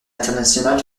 internationale